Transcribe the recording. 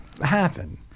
happen